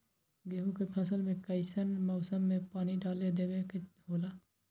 गेहूं के फसल में कइसन मौसम में पानी डालें देबे के होला?